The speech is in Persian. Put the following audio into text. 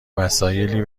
وسایلی